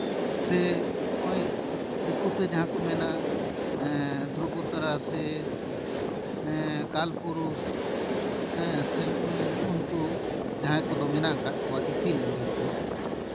ᱥᱮ ᱱᱚᱜᱼᱚᱭ ᱫᱤᱠᱩ ᱛᱮ ᱡᱟᱦᱟᱸ ᱠᱚ ᱢᱮᱱᱟ ᱫᱷᱩᱨᱵᱚ ᱛᱟᱨᱟ ᱥᱮ ᱠᱟᱞᱯᱩᱨᱩᱥ ᱥᱮ ᱱᱚᱜᱼᱚᱭ ᱱᱩ ᱩ ᱱᱩᱠᱩ ᱡᱟᱦᱟᱸᱭ ᱠᱚᱫᱚ ᱢᱮᱱᱟᱜ ᱟᱠᱟᱫ ᱠᱚᱣᱟ ᱤᱯᱤᱞ ᱮᱸᱜᱮᱞ ᱠᱚ